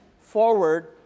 forward